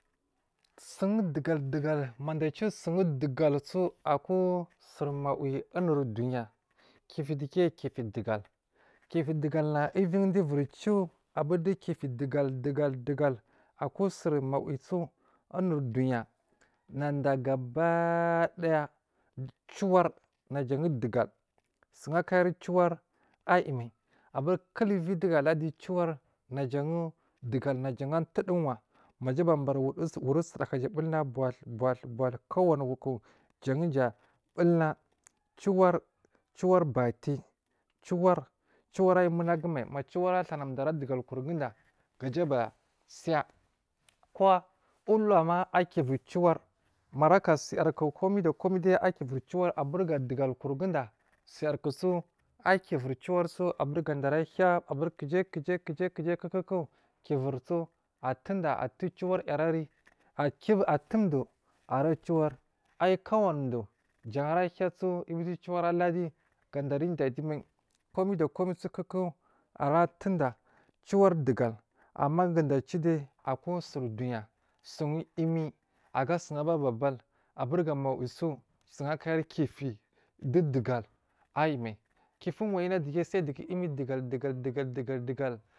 Sowon dugal dugal mada aciwo dugal unuri mawisu kifi degi kifi dugalnc ivir du uvir ciwo abur du kifi dugal dugal akusur mawiyu so unur duya nada gabadaya ciwar najan dugal su wo akayar ciwar ayi mai aabur kul uvi duga aladi abur ciwar na jan dugal najan atuduwa maja aba bari wori usudaha gaja abulna butul butul kowani woku bulna ciwar bati ciwar ciwar ayi munagu mai ma ciwar stanadu ara dugal kurguda gaja aba tsaya uwolama kowa ulama akivir ciwar maraca suyar ku komai da komai de a kivir ciwar abul gadugal kur guda suyarkuso akivir ciwarso aburgada arahiyaso abur kujai kuja kuku akivirso tunda atuwo ciwar jarari aki atundu ara ciwar kowani du ara hiyasou vidu ciwar ara ladi kowani du jan arahiyaso uvidu ciwar ara laadi komai da komai so ara tuda ciwar dugal ammagada aciwo de aku sur duya sun uimi aga sun abari ba bal abur ga mawiyu so sun a kayar kifi dudugal ayi mai kifi uwayina dige sai dugu imi dugal dugal dugal.